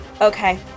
Okay